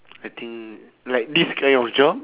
I think like this kind of job